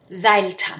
Seiltan